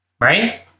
Right